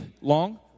long